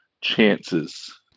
chances